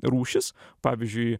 rūšis pavyzdžiui